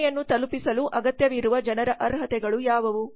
ಸೇವೆಯನ್ನು ತಲುಪಿಸಲು ಅಗತ್ಯವಿರುವ ಜನರ ಅರ್ಹತೆಗಳು ಯಾವುವು